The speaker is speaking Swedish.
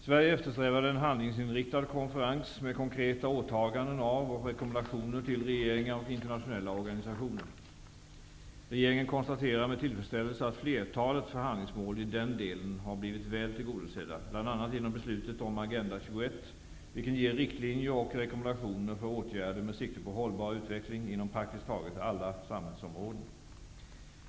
Sverige eftersträvade en handlingsinriktad konferens, med konkreta åtaganden av och rekommendationer till regeringar och internationella organisationer. Regeringen konstaterar med tillfredsställelse att flertalet förhandlingsmål i den delen har blivit väl tillgodosedda, bl.a. genom beslutet om Agenda 21, vilken ger riktlinjer och rekommendationer för åtgärder med sikte på hållbar utveckling inom praktiskt taget alla samhällsområden.